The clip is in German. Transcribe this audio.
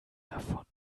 davon